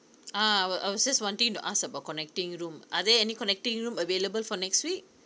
ah I wa~ I was just wanting to ask about connecting room are there any connecting room available for next week